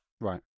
Right